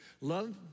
love